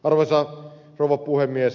arvoisa rouva puhemies